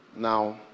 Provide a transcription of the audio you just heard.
now